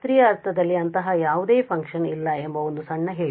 ಶಾಸ್ತ್ರೀಯ ಅರ್ಥದಲ್ಲಿ ಅಂತಹ ಯಾವುದೇ ಫಂಕ್ಷನ್ ಇಲ್ಲ ಎಂಬ ಒಂದು ಸಣ್ಣ ಹೇಳಿಕೆ